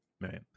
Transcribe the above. Right